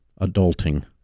adulting